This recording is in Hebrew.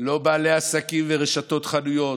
לא בעלי עסקים ורשתות חנויות,